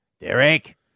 Derek